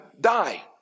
die